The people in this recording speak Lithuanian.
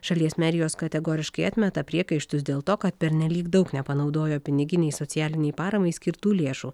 šalies merijos kategoriškai atmeta priekaištus dėl to kad pernelyg daug nepanaudojo piniginei socialinei paramai skirtų lėšų